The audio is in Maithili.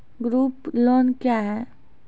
ग्रुप लोन क्या है?